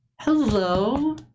hello